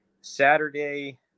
Saturday